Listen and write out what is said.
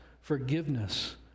forgiveness